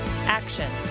Action